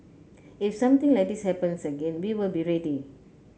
if something like this happens again we will be ready